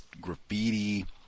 graffiti